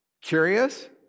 Curious